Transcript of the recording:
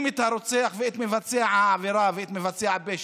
את הרוצח ואת מבצע העבירה ואת מבצע הפשע,